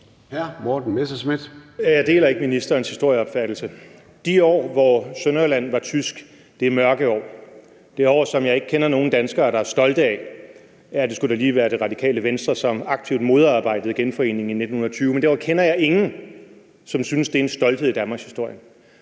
Jeg deler ikke ministerens historieopfattelse. De år, hvor Sønderjylland var tysk, var mørke år. Det var år, som jeg ikke kender nogen danskere der er stolte af – ja, det skulle da lige være Det Radikale Venstre, som aktivt modarbejdede genforeningen i 1920. Men derudover kender jeg ingen, som er stolte af den del af danmarkshistorien.